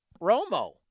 Romo